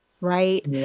right